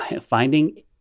finding